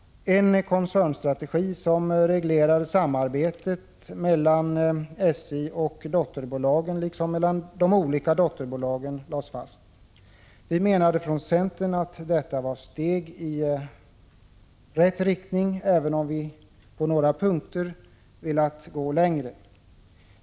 En koncernstrategi som reglerar samarbetet mellan SJ och dotterbolagen liksom mellan de olika dotterbolagen lades fast. Vi i centern menade att det var ett steg i rätt riktning. Jag vill dock framhålla att vi på några punkter hade velat gå längre.